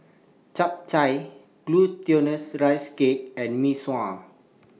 Chap Chai Glutinous Rice Cake and Mee Sua